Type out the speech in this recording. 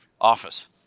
office